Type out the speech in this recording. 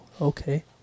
okay